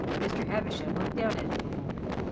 mr. havisham looked down at him a moment.